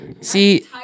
See